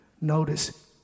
notice